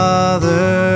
Father